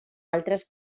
altres